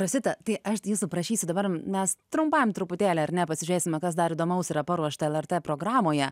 rosita tai aš jūsų prašysiu dabar mes trumpam truputėlį ar ne pasižiūrėsime kas dar įdomaus yra paruošta lrt programoje